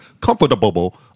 comfortable